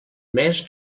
més